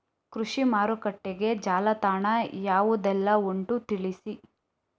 ಕೃಷಿ ಮಾರುಕಟ್ಟೆಗೆ ಜಾಲತಾಣ ಯಾವುದೆಲ್ಲ ಉಂಟು ತಿಳಿಸಿ